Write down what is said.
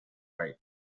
your